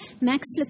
Max